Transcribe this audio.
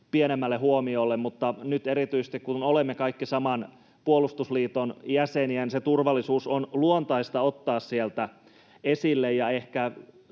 pienemmälle huomiolle. Mutta nyt erityisesti, kun olemme kaikki saman puolustusliiton jäseniä, turvallisuus on luontaista ottaa esille. Tässä